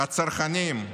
הצרכנים,